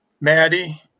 Maddie